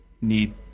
need